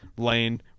lane